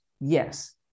Yes